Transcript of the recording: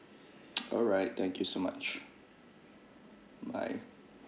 alright thank you so much bye